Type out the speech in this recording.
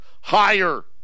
higher